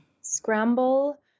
scramble